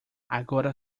agora